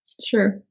Sure